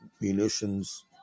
munitions